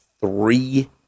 three